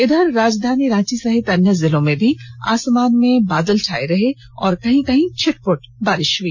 इधर राजधानी रांची सहित अन्य जिलों में भी आसमान में बादल छाये रहे और कहीं कहीं छिटपुट बारिष हुई